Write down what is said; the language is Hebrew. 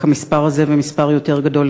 כמספר הזה ומספר יותר גדול,